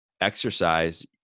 exercise